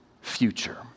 future